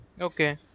Okay